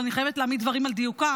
אבל אני חייבת להעמיד דברים על דיוקם,